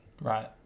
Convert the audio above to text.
Right